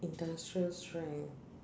industrial strength